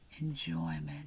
enjoyment